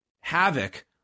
Havoc